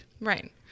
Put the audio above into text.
Right